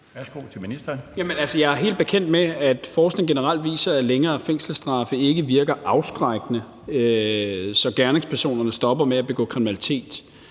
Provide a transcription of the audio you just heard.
jeg er helt bekendt med, at forskningen generelt viser, at længere fængselsstraffe ikke virker afskrækkende, så gerningspersonerne stopper med at begå kriminalitet.